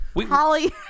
Holly